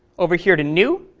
over here to new,